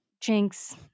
jinx